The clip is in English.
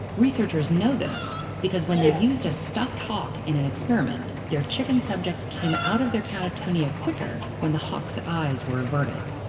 researchers know this because when they used a stuffed hawk in an experiment, their chicken subjects came out of their catatonia quicker when the hawk's eyes were averted.